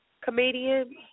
comedian